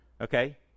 Okay